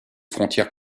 frontières